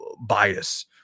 bias